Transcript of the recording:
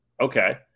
Okay